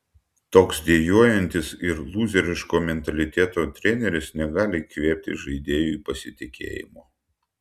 toks dejuojantis ir lūzeriško mentaliteto treneris negali įkvėpti žaidėjui pasitikėjimo